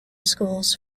schools